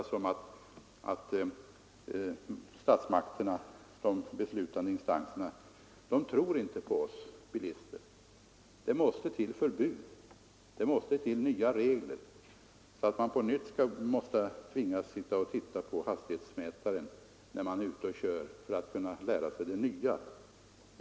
Det skulle kunna uppfattas så, att de beslutande instanserna inte tror på bilisterna, utan anser sig behöva införa vissa förbud, så att bilisterna skall tvingas sitta och stirra på hastighetsmätaren när de är ute och kör.